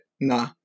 nah